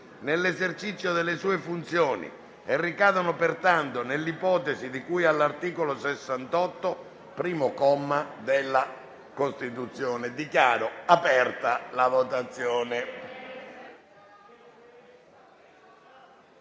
nell'esercizio delle sue funzioni e ricadono pertanto nell'ipotesi di cui all'articolo 68, primo comma, della Costituzione. *(Segue la votazione).*